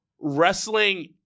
wrestling